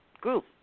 group